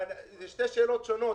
אלה שתי שאלות שונות.